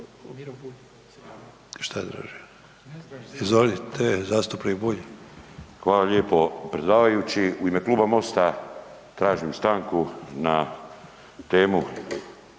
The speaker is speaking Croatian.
Hvala lijepo predsjedavajući. U ime kluba Mosta tražim stanku na temu